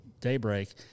daybreak